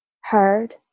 heard